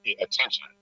attention